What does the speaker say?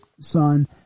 Son